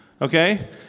Okay